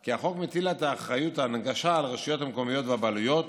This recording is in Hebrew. כי החוק מטיל את אחריות ההנגשה על הרשויות המקומית והבעלויות,